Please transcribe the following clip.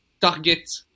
target